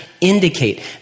indicate